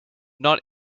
not